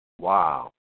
Wow